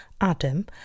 Adam